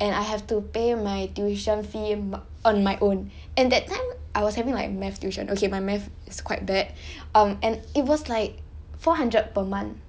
and I have to pay my tuition fee m~ on my own and that time I was having like math tuition okay my math is quite bad um and it was like four hundred per month